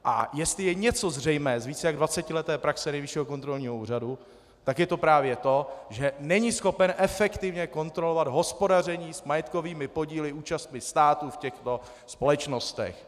A jestli je něco zřejmé z více než dvacetileté praxe Nejvyššího kontrolního úřadu, tak je to právě to, že není schopen efektivně kontrolovat hospodaření s majetkovými podíly účastí státu v těchto společnostech.